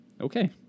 Okay